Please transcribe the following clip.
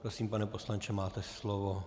Prosím, pane poslanče, máte slovo.